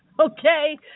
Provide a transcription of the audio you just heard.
okay